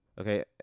okay